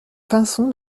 pinson